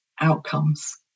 outcomes